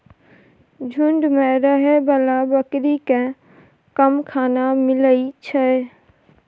झूंड मे रहै बला बकरी केँ कम खाना मिलइ छै